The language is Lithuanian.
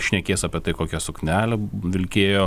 šnekės apie tai kokią suknelę vilkėjo